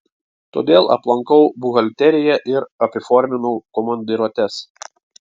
todėl aplankau buhalteriją ir apiforminu komandiruotes